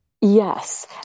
Yes